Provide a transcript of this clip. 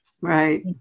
Right